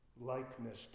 likeness